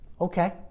okay